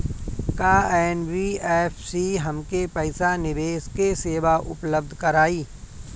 का एन.बी.एफ.सी हमके पईसा निवेश के सेवा उपलब्ध कराई?